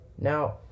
Now